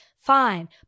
fine